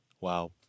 Wow